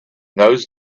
those